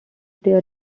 their